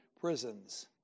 prisons